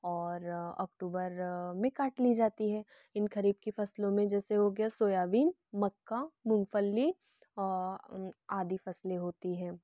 और अक्टूबर में काट ली जाती है इन खरीफ़ की फसलों में जैसे हो गया सोयाबीन मक्का मूंगफली आदि फसलें होती हैं